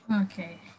okay